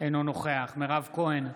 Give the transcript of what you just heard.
אינו נוכח מירב כהן,